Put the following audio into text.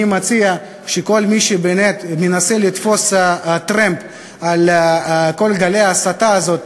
אני מציע לכל מי שבאמת מנסה לתפוס טרמפ על כל גלי ההסתה הזאת,